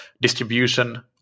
distribution